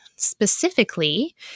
Specifically